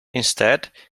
instead